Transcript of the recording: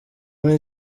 muri